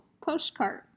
postcard